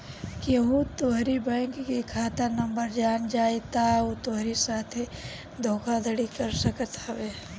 केहू तोहरी बैंक के खाता नंबर जान जाई तअ उ तोहरी साथे धोखाधड़ी कर सकत हवे